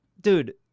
dude